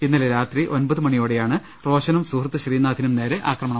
ഇന്നലെ രാത്രി ഒൻപത് മണിയോടെയാണ് റോഷനും സുഹൃത്ത് ശ്രീനാഥിനും നേരെ ആക്രമണമുണ്ടായത്